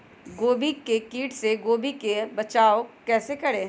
गोभी के किट से गोभी का कैसे बचाव करें?